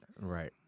right